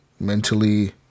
mentally